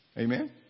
Amen